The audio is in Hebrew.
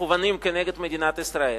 שמכוונים כנגד מדינת ישראל,